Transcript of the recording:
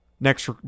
Next